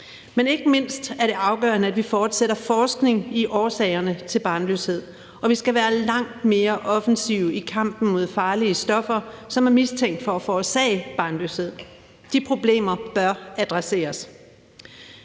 Men ikke mindst er det afgørende, at vi fortsætter forskning i årsagerne til barnløshed, og vi skal være langt mere offensive i kampen mod farlige stoffer, som er mistænkt for at forårsage barnløshed. De problemer bør adresseres.